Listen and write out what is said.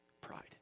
Pride